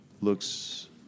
looks